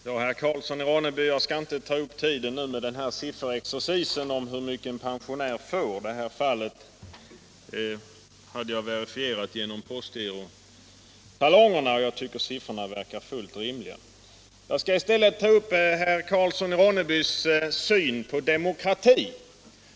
Herr talman! Ja, herr Karlsson i Ronneby, jag skall inte ta upp tid nu med en sifferexercis om hur mycket pensionärerna får. Det fall jag nämnde hade jag verifierat genom postgirotalongerna, och jag tycker att siffrorna verkar fullt rimliga. Jag skall i stället ta upp den syn på demokrati som herr Karlsson i Ronneby har.